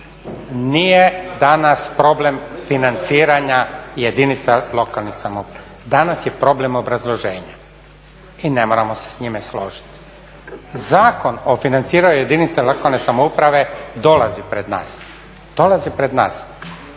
nije danas problem financiranja jedinice lokalne samouprave, danas je problem obrazloženja i ne moramo se s njime složiti. Zakon o financiranju jedinice lokalne samouprave dolazi pred nas